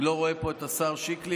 אני לא רואה פה את השר שיקלי.